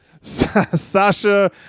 Sasha